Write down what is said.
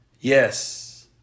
Yes